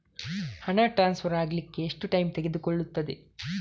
ಹಣ ಟ್ರಾನ್ಸ್ಫರ್ ಅಗ್ಲಿಕ್ಕೆ ಎಷ್ಟು ಟೈಮ್ ತೆಗೆದುಕೊಳ್ಳುತ್ತದೆ?